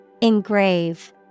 Engrave